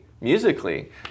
musically